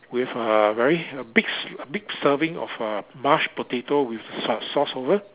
with uh very big big serving of a mashed potato with a sauce sauce over